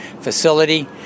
facility